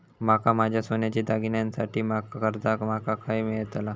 माका माझ्या सोन्याच्या दागिन्यांसाठी माका कर्जा माका खय मेळतल?